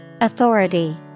Authority